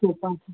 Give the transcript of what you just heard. कर्पासः